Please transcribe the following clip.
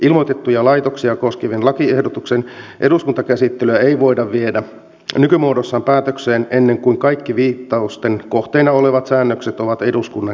ilmoitettuja laitoksia koskevan lakiehdotuksen eduskuntakäsittelyä ei voida viedä nykymuodossaan päätökseen ennen kuin kaikki viittausten kohteena olevat säännökset ovat eduskunnan käsiteltävänä